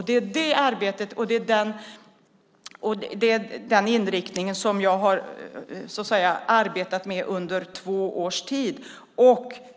Det är det arbetet och den inriktningen som jag har arbetat med i två års tid.